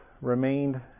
remained